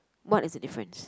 what is the difference